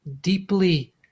deeply